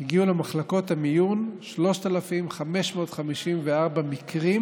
הגיעו למחלקות המיון 3,554 מקרים,